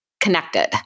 connected